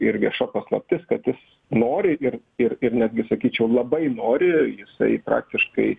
ir vieša paslaptis kad jis nori ir ir ir netgi sakyčiau labai nori jisai praktiškai